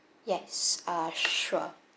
yes uh sure